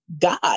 God